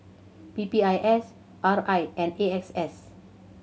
P P I S R I and A X S